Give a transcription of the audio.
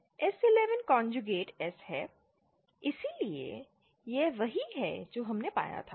S11 conjugate S है इसलिए यह वही है जो हमने पाया था